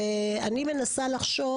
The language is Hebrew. אני מנסה לחשוב,